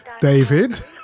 David